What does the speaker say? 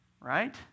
right